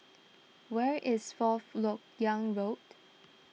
where is Fourth Lok Yang Road